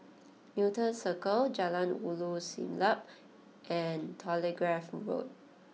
Newton Circus Jalan Ulu Siglap and Telegraph Road